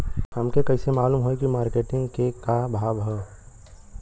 हमके कइसे मालूम होई की मार्केट के का भाव ह?